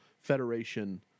Federation